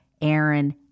Aaron